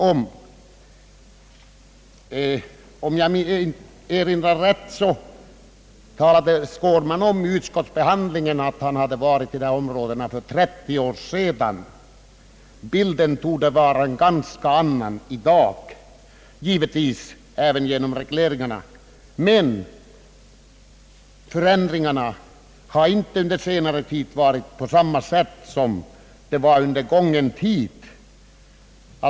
Om jag erinrar mig rätt talade herr Skårman vid utskottsbehandlingen om att han varit i dessa områden för 30 år sedan. Bilden torde vara ganska annorlunda i dag, givetvis och inte minst på grund av regleringarna, men förändringarna har inte under senare tid skett på samma sätt som under gången tid.